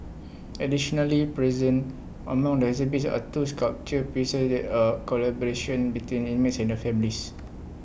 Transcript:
if we break down tasks not all of them require the creativity or experience deemed irreplaceable